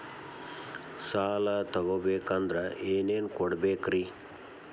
ಸಾಲ ತೊಗೋಬೇಕಂದ್ರ ಏನೇನ್ ಕೊಡಬೇಕ್ರಿ?